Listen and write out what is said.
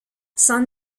c’en